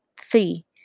three